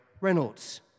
Reynolds